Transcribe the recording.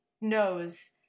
knows